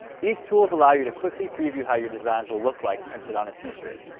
these tools allow you to quickly preview how your designs will look like printed on a t-shirt.